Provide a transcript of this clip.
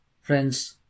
Friends